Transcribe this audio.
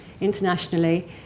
internationally